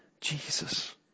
Jesus